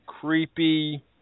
creepy